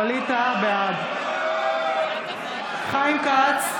בעד חיים כץ,